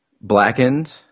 Blackened